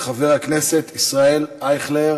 של חבר הכנסת ישראל אייכלר.